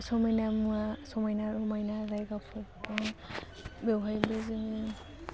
समायना मुवा समायना रमायना जायगाफोरबो दं बेवहायबो जोङो